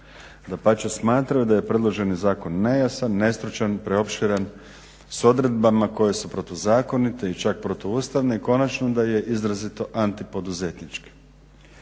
Dapače, smatraju da je predloženi zakon nejasan, nestručan, preopširan sa odredbama koje su protuzakonite i čak protu ustavne i konačno da je izrazito anti poduzetnički.